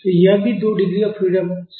तो यह भी दो डिग्री ऑफ फ्रीडम संरचना है